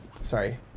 sorry